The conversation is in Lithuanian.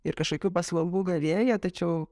ir kažkokių paslaugų gavėja tačiau